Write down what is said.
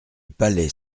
palais